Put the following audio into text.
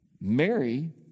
Mary